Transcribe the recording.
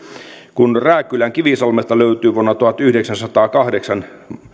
kun rääkkylän kivisalmesta löytyi vuonna tuhatyhdeksänsataakahdeksan